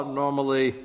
normally